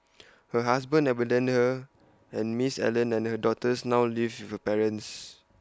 her husband abandoned her and miss Allen and her daughters now live with her parents